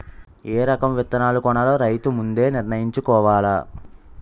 ఏ రకం విత్తనాలు కొనాలో రైతు ముందే నిర్ణయించుకోవాల